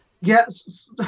Yes